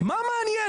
מה מעניין?